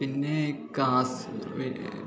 പിന്നേ കാസ്